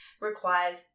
requires